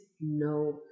no